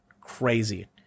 crazy